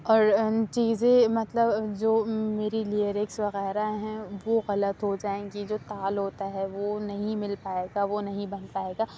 اور چیزیں مطلب جو میری لیریکس وغیرہ ہیں وہ غلط ہو جائیں گی جو تال ہوتا ہے وہ نہیں مل پائے گا وہ نہیں بن پائے گا